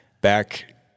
back